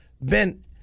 Ben